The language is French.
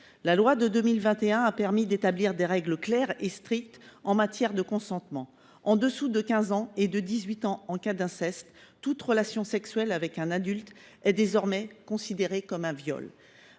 de l’inceste a permis d’établir des règles claires et strictes en matière de consentement. En deçà de l’âge de 15 ans, et de celui de 18 ans en cas d’inceste, toute relation sexuelle avec un adulte est désormais considérée comme un viol.